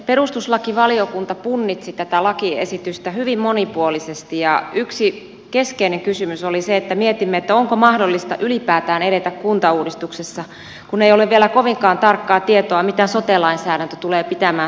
perustuslakivaliokunta punnitsi tätä lakiesitystä hyvin monipuolisesti ja yksi keskeinen kysymys mitä mietimme oli se onko mahdollista ylipäätään edetä kuntauudistuksessa kun ei ole vielä kovinkaan tarkkaa tietoa mitä sote lainsäädäntö tulee pitämään sisällään